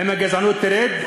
האם הגזענות תרד?